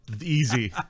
Easy